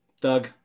Doug